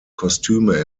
kostüme